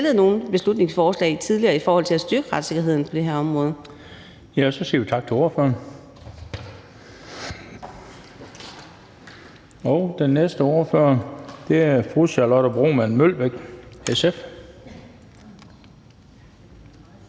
har fremsat nogen beslutningsforslag tidligere i forhold til at styrke retssikkerheden på det her område.